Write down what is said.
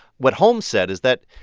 what holmes said is that,